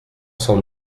cent